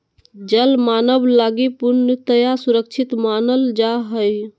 जल मानव लगी पूर्णतया सुरक्षित मानल जा हइ